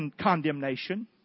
condemnation